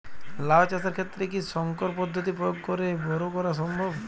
লাও চাষের ক্ষেত্রে কি সংকর পদ্ধতি প্রয়োগ করে বরো করা সম্ভব?